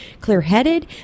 clear-headed